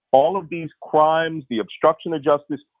all of these crimes, the obstruction of justice,